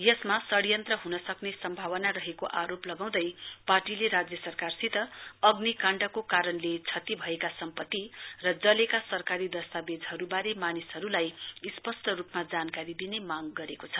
यसमा षढ्रयन्त्र हुनसक्ने सम्बावना रहेको आरोप लगाउँदा पार्टीले राज्य सरकारसित अग्निकाण्डको कारणले क्षति भएका सम्पति र जलेका सरकारी दस्तावेजहरुवारे मानिसहरुलाई सपष्ट रुपमा जानकारी दिने मांग गरेको छ